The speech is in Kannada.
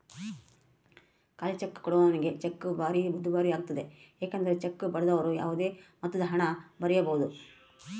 ಖಾಲಿಚೆಕ್ ಕೊಡುವವನಿಗೆ ಚೆಕ್ ಭಾರಿ ದುಬಾರಿಯಾಗ್ತತೆ ಏಕೆಂದರೆ ಚೆಕ್ ಪಡೆದವರು ಯಾವುದೇ ಮೊತ್ತದಹಣ ಬರೆಯಬೊದು